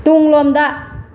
ꯇꯨꯡꯂꯣꯝꯗ